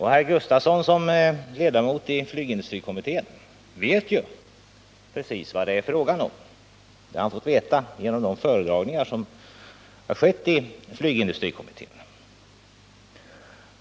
Herr Gustavsson som ledamot av flygindustrikommittén vet precis vad det är fråga om. Det har han fått veta genom de föredragningar som skett inom denna kommitté.